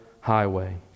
highway